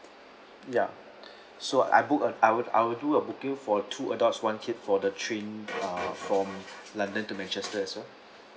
ya so I book a I would I would do a booking for two adults one kid for the train uh from london to manchester as well